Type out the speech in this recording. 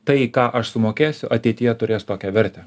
tai ką aš sumokėsiu ateityje turės tokią vertę